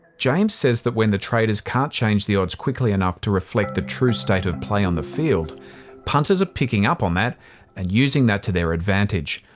james says that when the traders can't change the odds quickly enough to reflect the true state of play on the field punters are picking up on that and using that to their advantage.